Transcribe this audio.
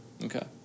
Okay